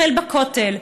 החל בכותל,